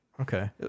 Okay